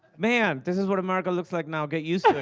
man, this is what america looks like now. get used to it,